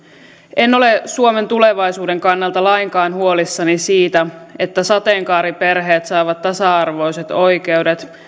en ole suomen tulevaisuuden kannalta lainkaan huolissani siitä että sateenkaariperheet saavat tasa arvoiset oikeudet